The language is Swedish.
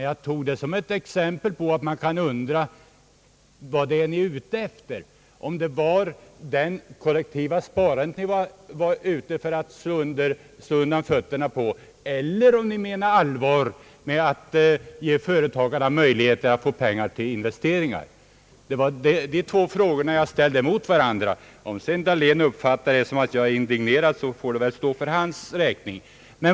Jag tog det bara såsom ett exempel på att man kan undra vad det är ni är ute efter; ville ni slå undan fötterna på det kollektiva sparandet, eller menade ni allvar med förslaget att ge företagarna möjlighet att få pengar till investeringar? Jag ställde dessa två frågor mot varandra. Om sedan herr Dahlén uppfattade det så som om jag var indignerad, får det stå för hans räkning.